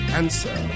answer